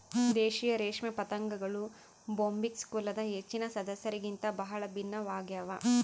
ದೇಶೀಯ ರೇಷ್ಮೆ ಪತಂಗಗಳು ಬೊಂಬಿಕ್ಸ್ ಕುಲದ ಹೆಚ್ಚಿನ ಸದಸ್ಯರಿಗಿಂತ ಬಹಳ ಭಿನ್ನವಾಗ್ಯವ